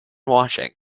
washing